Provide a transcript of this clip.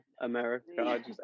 America